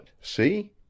see